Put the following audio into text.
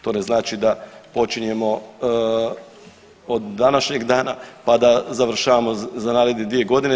To ne znači da počinjemo od današnjeg dana pa da završavamo za naredne dvije godine.